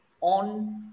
on